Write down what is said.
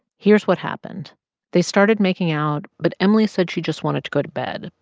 here's what happened they started making out, but emily said she just wanted to go to bed,